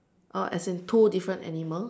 oh as in two different animals